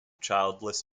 childless